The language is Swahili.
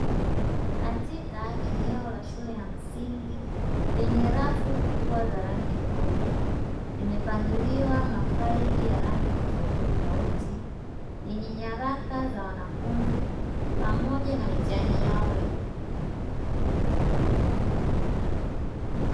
Katika eneo la shule ya msingi lenye rafu kubwa za rangi nyeupe, limepangiliwa mafaili ya rangi tofautitofauti yenye nyaraka za wanafunzi pamoja na mitihani yao iliyopita.